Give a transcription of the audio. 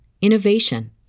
innovation